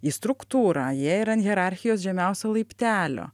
į struktūrą jie yra ant hierarchijos žemiausio laiptelio